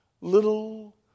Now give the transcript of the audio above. little